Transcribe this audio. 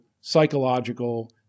psychological